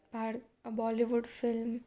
bollywood film